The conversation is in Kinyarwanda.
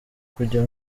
kujya